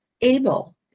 able